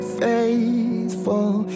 faithful